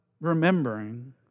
remembering